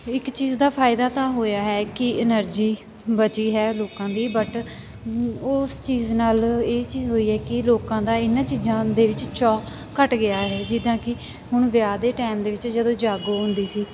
ਇੱਕ ਚੀਜ਼ ਦਾ ਫ਼ਾਇਦਾ ਤਾਂ ਹੋਇਆ ਹੈ ਕਿ ਐਨਰਜੀ ਬਚੀ ਹੈ ਲੋਕਾਂ ਦੀ ਬਟ ਉਸ ਚੀਜ਼ ਨਾਲ ਇਹ ਚੀਜ਼ ਹੋਈ ਹੈ ਕਿ ਲੋਕਾਂ ਦਾ ਇਹਨਾਂ ਚੀਜ਼ਾਂ ਦੇ ਵਿੱਚ ਚਾਅ ਘਟ ਗਿਆ ਹੈ ਜਿੱਦਾਂ ਕਿ ਹੁਣ ਵਿਆਹ ਦੇ ਟਾਈਮ ਦੇ ਵਿੱਚ ਜਦੋਂ ਜਾਗੋ ਹੁੰਦੀ ਸੀ